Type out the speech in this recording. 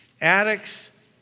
Addicts